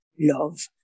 love